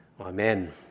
Amen